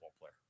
player